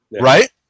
right